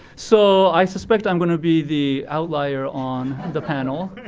so i suspect i'm going to be the outlier on the panel.